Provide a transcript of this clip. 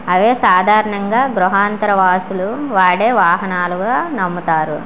అవి సాధారణంగా గృహాంతర వాసులు వాడే వాహనాలుగా నమ్ముతారు